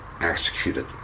executed